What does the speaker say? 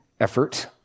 effort